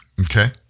Okay